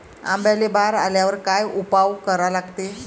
आंब्याले बार आल्यावर काय उपाव करा लागते?